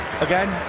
Again